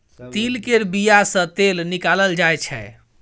तिल केर बिया सँ तेल निकालल जाय छै